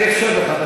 אני אאפשר לך.